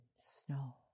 Snow